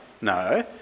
No